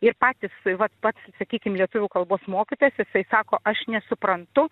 ir patys vat pats sakykim lietuvių kalbos mokytojas jisai sako aš nesuprantu